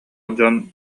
дьон